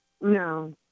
No